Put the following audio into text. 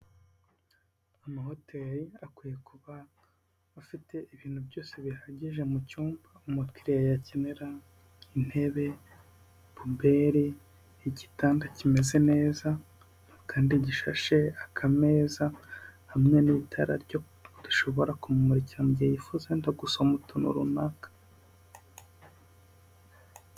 Amahoteri akwiye kuba afite ibintu byose bihagije mu cyumba, umukiriya yakenera, intebe, puberi, igitanda kimeze neza kandi gishashe, akameza hamwe n'itarara rishobora kumumukira mugihe yifuza wenda gusoma utuntu runaka.